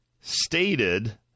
stated